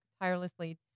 tirelessly